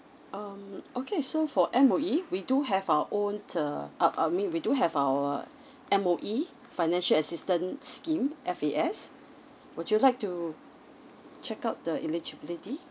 um okay so for M_O_E we do have our own uh uh uh I mean we we do have our M_O_E financial assistance scheme F_A_S would you like to check out the eligibility